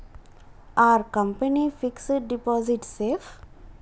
Are company fixed deposit safe?